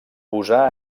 posà